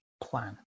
plan